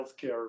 healthcare